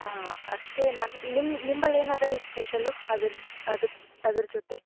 ಹಾಂ ಅಷ್ಟೇ ಮತ್ತು ನಿಮ್ಮ ನಿಂಬಲ್ಲೇನು ಅದ ರೀ ಸ್ಪೆಷಲ್ಲು ಅದರ ಅದು ಅದರ ಜೊತೆ